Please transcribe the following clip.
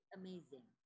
amazing